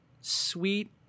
sweet